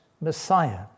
messiah